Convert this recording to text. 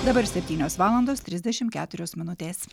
dabar septynios valandos trisdešimt keturios minutės